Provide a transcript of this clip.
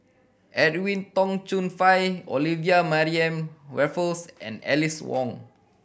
Edwin Tong Chun Fai Olivia Mariamne Raffles and Alice Ong